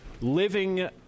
living